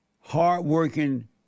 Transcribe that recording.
hardworking